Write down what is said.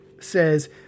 says